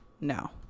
no